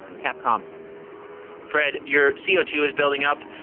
capcom fred, your c o two is building up.